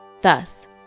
Thus